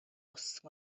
өссөн